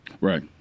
Right